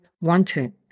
wanted